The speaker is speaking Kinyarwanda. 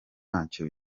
nyacyo